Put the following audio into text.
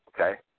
okay